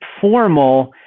formal